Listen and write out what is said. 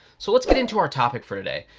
so let's get into our topic for today.